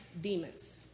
demons